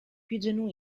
più